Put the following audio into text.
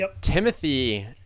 Timothy